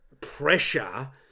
pressure